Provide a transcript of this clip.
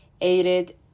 aided